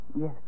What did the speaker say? Yes